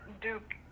Duke